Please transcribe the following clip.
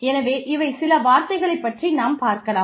எனவே இவை சில வார்த்தைகளை பற்றி நாம் பார்க்கலாம்